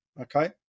Okay